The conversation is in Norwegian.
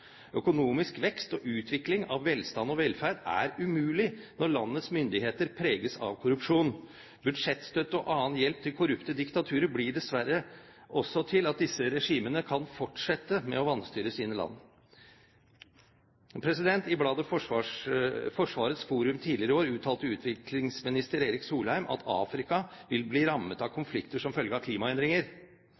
Økonomisk vekst og utvikling av velstand og velferd er umulig når landets myndigheter preges av korrupsjon. Budsjettstøtte og annen hjelp til korrupte diktaturer bidrar dessverre også til at disse regimene kan fortsette med å vanstyre sine land. I bladet Forsvarets forum tidligere i år uttalte utviklingsminister Erik Solheim at Afrika vil bli rammet av konflikter som følge av klimaendringer.